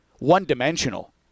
one-dimensional